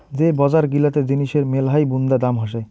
যে বজার গিলাতে জিনিসের মেলহাই বুন্দা দাম হসে